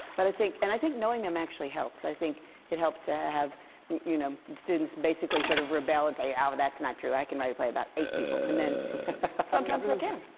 but i think and i think knowing them actually helps. i think it helps to have you know, students basically sort of rebel and say, oh, that's not true. i can write a play about eight people. and then sometimes they can.